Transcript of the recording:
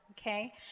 okay